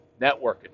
networking